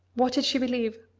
what did she believe?